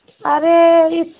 अरे